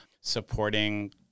supporting